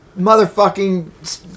motherfucking